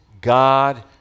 God